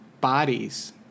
bodies